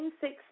six